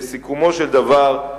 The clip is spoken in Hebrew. לסיכומו של דבר,